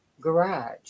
garage